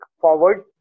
forward